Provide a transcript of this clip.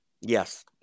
Yes